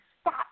stop